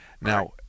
Now